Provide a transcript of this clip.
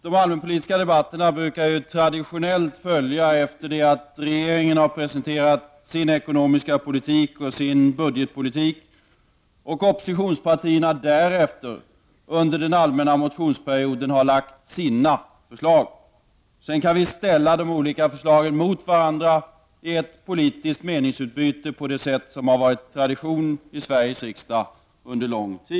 De allmänpolitiska debatterna brukar traditionellt följa efter det att regeringen har presenterat sin ekonomiska politik och sin budgetpolitik, och oppositionspartierna därefter under den allmänna motionsperioden har framlagt sina förslag. Sedan har de olika förslagen ställts mot varandra i ett politiskt meningsutbyte på det sätt som under lång tid har varit tradition i Sveriges riksdag.